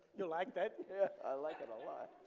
you like that? yeah. i like it a lot.